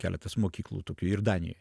keletas mokyklų tokių ir danijoj